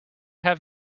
have